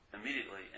immediately